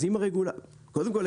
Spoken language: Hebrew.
אז אם הרגולציה קודם כל,